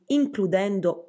includendo